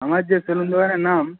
আমার যে সেলুন দোকানের নাম